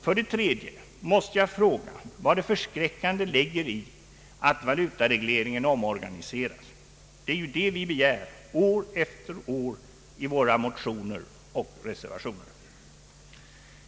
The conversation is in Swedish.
För det tredje måste jag fråga vad det förskräckande ligger i att valutaregleringen omorganiseras. Det är ju det vi begär år efter år i våra motioner och reservationer.